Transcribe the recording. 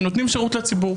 ונותנים שירות לציבור.